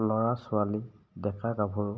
ল'ৰা ছোৱালী ডেকা গাভৰু